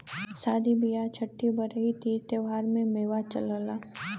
सादी बिआह छट्ठी बरही तीज त्योहारों में मेवा चलला